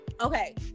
Okay